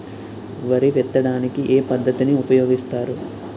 వరి విత్తడానికి ఏ పద్ధతిని ఉపయోగిస్తారు?